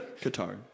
Qatar